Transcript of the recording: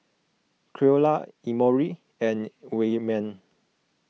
Creola Emory and Wayman